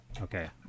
Okay